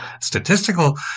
statistical